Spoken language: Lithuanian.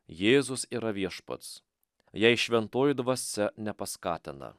jėzus yra viešpats jei šventoji dvasia nepaskatina